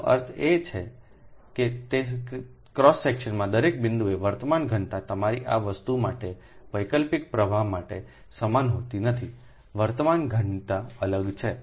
આનો અર્થ એ કે તે ક્રોસ સેક્શનના દરેક બિંદુએ વર્તમાન ઘનતા તમારી આ વસ્તુ માટે વૈકલ્પિક પ્રવાહ માટે સમાન હોતી નથીવર્તમાન ઘનતા અલગ છે